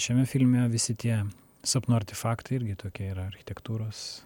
šiame filme visi tie sapnų artifaktai irgi tokie yra architektūros